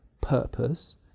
purpose